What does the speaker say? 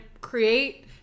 create